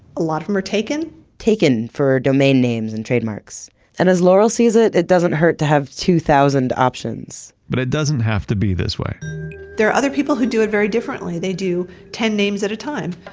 a lot of them are taken taken for domain names and trademarks and as laurel sees it it doesn't hurt to have two thousand options, but it doesn't have to be this way there are other people who do it very differently they do it ten names at a time.